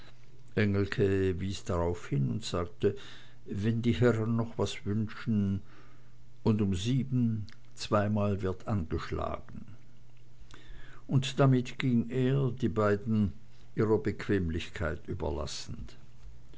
engelke wies darauf hin und sagte wenn die herren noch was wünschen und um sieben zweimal wird angeschlagen und damit ging er die beiden ihrer bequemlichkeit überlassend